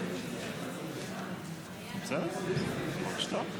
מצביעה אופיר סופר,